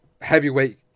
heavyweight